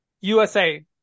USA